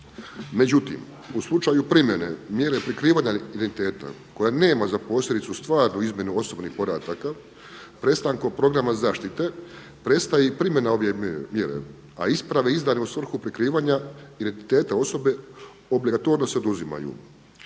Međutim u slučaju primjene mjere prikrivanja identiteta koja nema za posljedicu stvarnu izmjenu osobnih podataka, prestankom programa zaštite prestaje i primjena ove mjere, a isprave izdane u svrhu prikrivanja identiteta osobe obligatorno se oduzimaju.